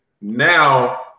now